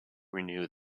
renew